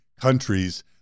countries